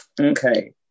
Okay